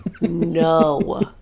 no